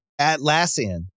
Atlassian